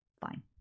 fine